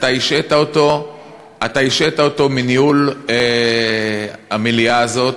אתה השעית אותו מניהול המליאה הזאת.